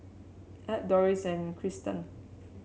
Ab Dorris and Trystan